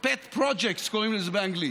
pet projects, קוראים לזה באנגלית,